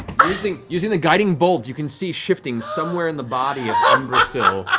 using using the guiding bolt, you can see shifting somewhere in the body of umbrasyl